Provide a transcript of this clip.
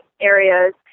areas